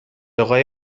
اقای